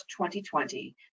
2020